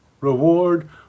reward